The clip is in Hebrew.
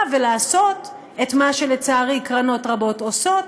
ולעשות את מה שלצערי קרנות רבות עושות,